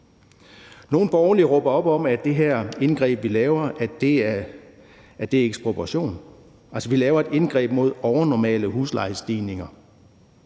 Nogle borgerlige råber op om, at det her indgreb, vi laver, er ekspropriation. Altså, vi laver et indgreb mod overnormale huslejestigninger.